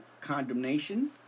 condemnation